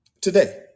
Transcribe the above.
today